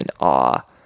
awe